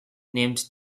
named